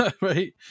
Right